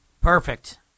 Perfect